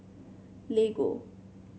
Lego